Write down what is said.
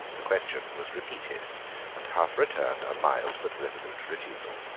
the question was repeated and hough returned a mild but resolute refusal.